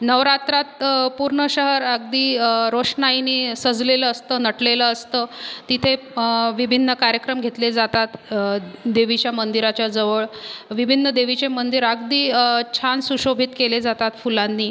नवरात्रात पूर्ण शहर अगदी रोषणाईनी सजलेलं असतं नटलेलं असतं तिथे विभिन्न कार्यक्रम घेतले जातात देवीच्या मंदिराच्याजवळ विभिन्न देवीचे मंदिर अगदी छान सुशोभित केले जातात फुलांनी